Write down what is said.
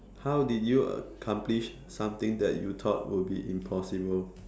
how did you accomplish something that you thought would be impossible